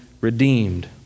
redeemed